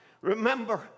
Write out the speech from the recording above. remember